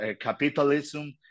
Capitalism